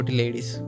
ladies